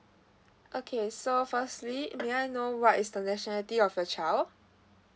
okay so firstly may I know what is the nationality of your child